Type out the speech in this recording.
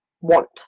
want